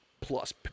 plus